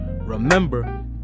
Remember